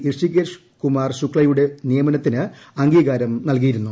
ഋഷികുമാർ ശുക്സയുടെ നിയമനത്തിന് അംഗീകാരം നല്കിയിരുന്നു